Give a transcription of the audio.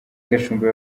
gashumba